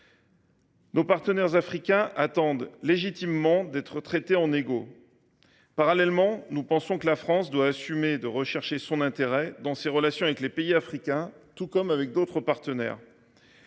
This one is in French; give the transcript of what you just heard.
Nos partenaires africains attendent légitimement d’être traités en égaux. Parallèlement, nous pensons que la France doit assumer de rechercher son intérêt dans ses relations avec les pays africains tout comme avec ses autres partenaires.